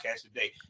today